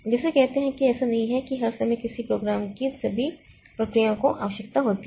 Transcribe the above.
जैसे कहते हैं कि ऐसा नहीं है कि हर समय किसी कार्यक्रम की सभी प्रक्रियाओं की आवश्यकता होती है